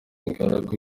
ingaragu